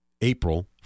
April